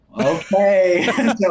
okay